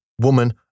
woman